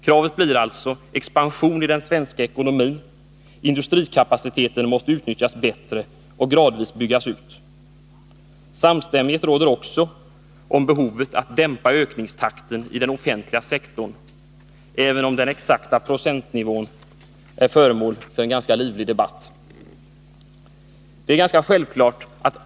Kravet blir alltså expansion i den svenska ekonomin; industrikapaciteten måste utnyttjas bättre och gradvis byggas ut. Samstämmighet råder också om behovet av att dämpa ökningstakten i den offentliga sektorn, även om den exakta procentnivån är föremål för en ganska livlig debatt.